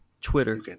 Twitter